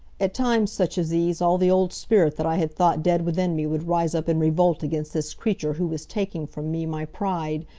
at times such as these all the old spirit that i had thought dead within me would rise up in revolt against this creature who was taking, from me my pride,